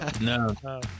no